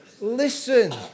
Listen